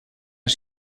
una